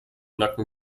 nacken